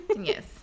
Yes